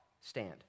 stand